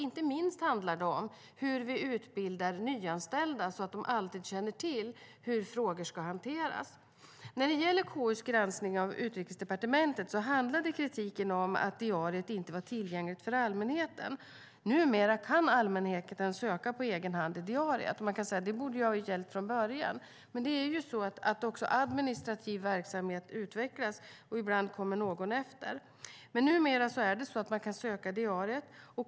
Inte minst handlar det om hur vi utbildar nyanställda så att de alltid känner till hur frågor ska hanteras. När det gäller KU:s granskning av Utrikesdepartementet handlade kritiken om att diariet inte var tillgängligt för allmänheten. Numera kan allmänheten söka på egen hand i diariet. Man kan säga att det borde ha gällt från början. Men även administrativ verksamhet utvecklas, och ibland kommer någon efter. Men numera kan man söka i diariet.